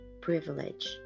privilege